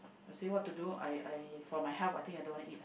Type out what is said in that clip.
I say what to do I I for my health I think I don't want to eat